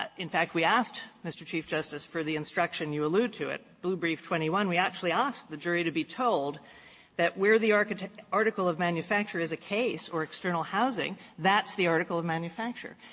ah in fact, we asked mr. chief justice for the instruction, you allude to it, blue brief twenty one, we actually asked the jury to be told that where the article article of manufacture is a case or external housing, that's the article of manufacture.